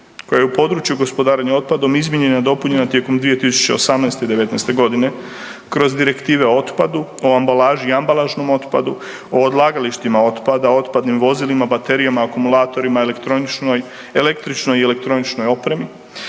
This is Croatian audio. koja je u području gospodarenja otpadom izmijenjena, dopunjena tijekom 2018.i 2019.g. kroz Direktive o otpadu, o ambalaži i ambalažnom otpadu, o odlagalištima otpada, otpadnim vozilima, baterijama, akumulatorima, električnoj i elektroničkoj opremi